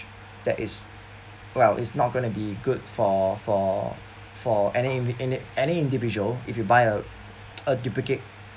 that is well it's not going to be good for for for any ind~ any any individual if you buy uh a duplicate